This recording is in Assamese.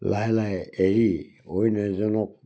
লাহে লাহে এৰি অইন এজনক